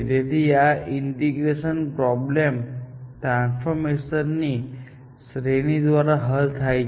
તેથી આ integration problem transformation ની શ્રેણી દ્વારા હલ થાય છે